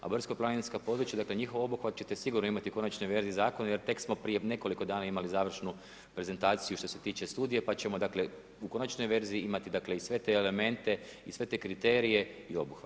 A brdsko-planinska područja dakle njihov obuhvat ćete sigurno imati u konačnoj verziji zakona jer tek smo prije nekoliko dana imali završnu prezentaciju što se tiče studije pa ćemo dakle u konačnoj verziji imati i sve te elemente i sve te kriterije i obuhvat.